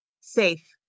safe